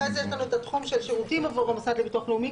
אחרי זה יש לנו את התחום של שירותים עבור המוסד לביטוח לאומי,